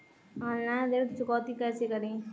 Online ऋण चुकौती कैसे करें?